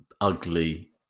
ugly